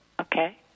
Okay